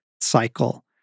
cycle